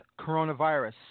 coronavirus